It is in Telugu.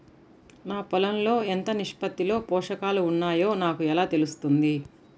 నా పొలం లో ఎంత నిష్పత్తిలో పోషకాలు వున్నాయో నాకు ఎలా తెలుస్తుంది?